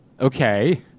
Okay